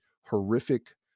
horrific